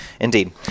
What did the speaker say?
indeed